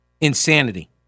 insanity